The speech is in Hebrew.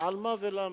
על מה ולמה.